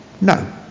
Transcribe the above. no